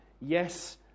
Yes